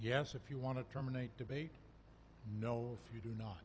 yes if you want to terminate debate no